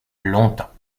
longtemps